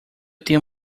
tenho